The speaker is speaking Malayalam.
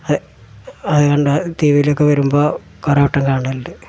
ആ അത് കണ്ട് ടി വിയിലൊക്കെ വരുമ്പോൾ കുറേ വട്ടം കാണലുണ്ട്